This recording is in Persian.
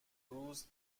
روز